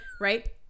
right